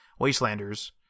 Wastelanders